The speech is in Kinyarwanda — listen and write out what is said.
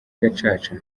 gacaca